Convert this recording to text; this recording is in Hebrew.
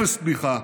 אפס תמיכה,